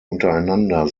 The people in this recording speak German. untereinander